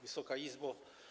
Wysoka Izbo!